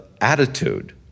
attitude